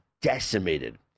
decimated